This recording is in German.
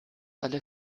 alle